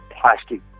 plastic